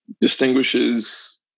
distinguishes